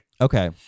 Okay